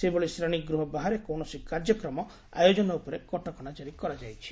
ସେହିଭଳି ଶ୍ରେଣୀଗୃହ ବାହାରେ କୌଣସି କାର୍ଯ୍ୟକ୍ରମ ଆୟୋଜନ ଉପରେ କଟକଣା ଜାରି କରାଯାଇଛି